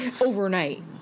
overnight